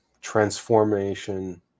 transformation